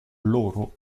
loro